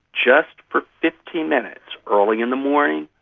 just for fifteen minutes, early in the morning,